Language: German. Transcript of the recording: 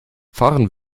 fahren